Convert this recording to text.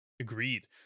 agreed